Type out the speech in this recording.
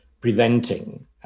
preventing